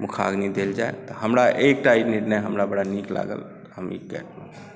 मुखाग्नि देल जाय हमरा एकटा ई निर्णय हमरा बड़ा नीक लागल हम इ कयलहुँ